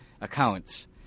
accounts